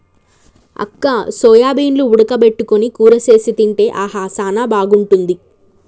అక్క సోయాబీన్లు ఉడక పెట్టుకొని కూర సేసి తింటే ఆహా సానా బాగుంటుంది